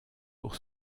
pour